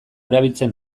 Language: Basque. erabiltzen